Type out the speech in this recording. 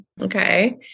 Okay